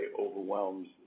overwhelms